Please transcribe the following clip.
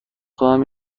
خواهم